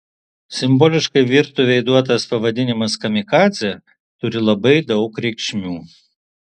simboliškai virtuvei duotas pavadinimas kamikadzė turi labai daug reikšmių